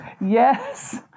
Yes